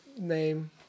name